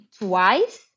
twice